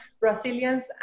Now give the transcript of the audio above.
Brazilians